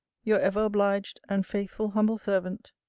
your ever obliged and faithful humble servant,